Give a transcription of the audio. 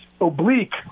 oblique